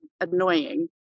annoying